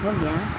ہو گیا